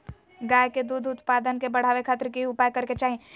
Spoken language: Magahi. गाय में दूध उत्पादन के बढ़ावे खातिर की उपाय करें कि चाही?